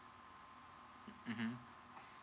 mmhmm